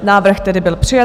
Návrh tedy byl přijat.